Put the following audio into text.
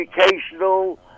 educational